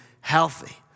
healthy